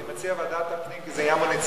אני מציע ועדת הפנים, כי זה עניין מוניציפלי.